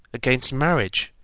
against marriage,